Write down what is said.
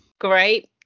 Great